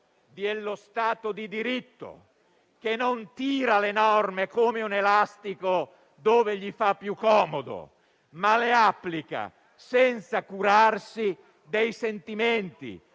dello Stato di diritto, che non tira le norme come un elastico dove gli fa più comodo, ma le applica senza curarsi dei sentimenti,